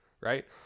right